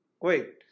Wait